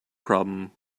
problem